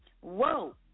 Whoa